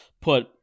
put